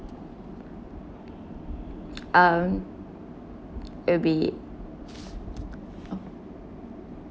uh it'll be